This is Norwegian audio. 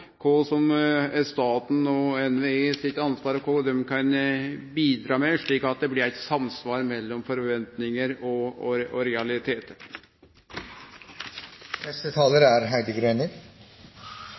kva som er staten og NVE sitt ansvar, og kva dei kan bidra med, slik at det blir samsvar mellom forventningar og